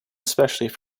especially